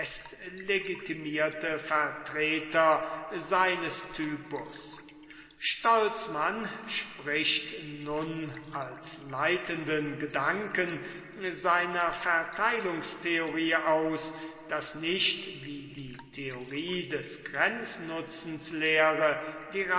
bestlegitimierte vertreter seines typus stolzmann spricht nun als leitenden gedanken seiner verteilungstheorie aus daß nicht wie die theorie des grenznutzens lehre